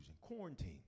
quarantine